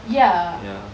ya